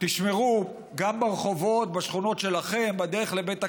תשמרו גם ברחובות, בשכונות שלכם, בדרך לבית הכנסת,